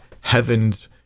heaven's